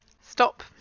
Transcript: stop